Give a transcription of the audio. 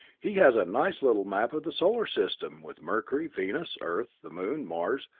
he has a nice little map of the solar system, with mercury, venus, earth, the moon, mars,